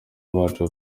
bacu